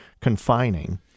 confining